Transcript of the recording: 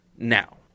Now